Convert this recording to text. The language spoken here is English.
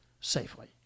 safely